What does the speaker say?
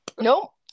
Nope